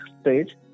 stage